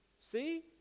See